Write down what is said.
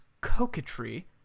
coquetry